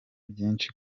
byinshi